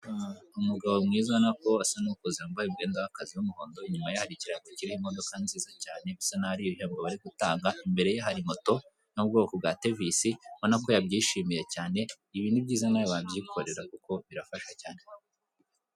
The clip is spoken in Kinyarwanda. Umugabo mwiza ubonako asa n'ukuze yambaye umwenda w'akazi w'umuhondo, inyuma ye hari ikirango kiriho imodoka nziza cyane bisa naho ari ibihembo bari gutanga, imbere ye hari moto yo mu bwoko bwa tevisi urabona ko yabyishimiye cyane, ibi ni byiza na we wabyikorera kuko birafasha cyane.